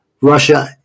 Russia